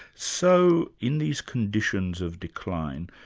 so in these conditions of decline,